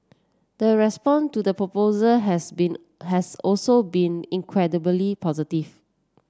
the response to the proposal has been has also been incredibly positive